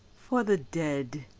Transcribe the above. for the dead,